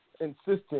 insistent